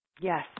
Yes